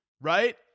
Right